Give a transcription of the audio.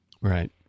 Right